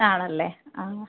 ആണല്ലെ ആ